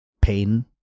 pain